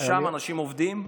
שם אנשים עובדים?